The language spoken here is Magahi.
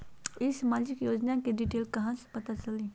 ई सामाजिक योजना के डिटेल कहा से पता चली?